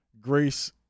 grace